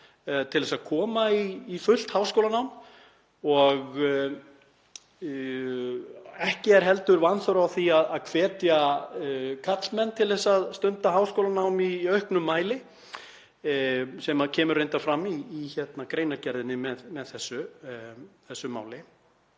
til þess að koma í fullt háskólanám. Ekki er heldur vanþörf á því að hvetja karlmenn til að stunda háskólanám í auknum mæli, sem kemur reyndar fram í greinargerðinni með þessu máli.